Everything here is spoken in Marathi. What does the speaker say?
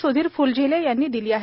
स्धीर फ्लझेले यांनी दिली आहे